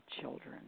children